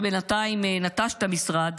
שבינתיים נטש את המשרד,